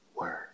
Word